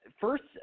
first